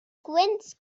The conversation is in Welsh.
gwynt